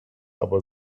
aber